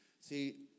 See